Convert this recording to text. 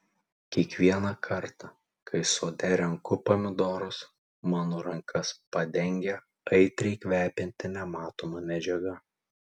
kiekvieną kartą kai sode renku pomidorus mano rankas padengia aitriai kvepianti nematoma medžiaga